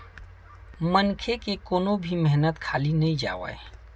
मनखे के कोनो भी मेहनत खाली नइ जावय